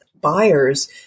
buyers